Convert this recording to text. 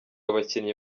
abakinnyi